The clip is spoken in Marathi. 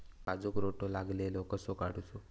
काजूक रोटो लागलेलो कसो काडूचो?